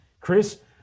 Chris